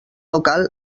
local